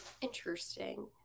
Interesting